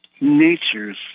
natures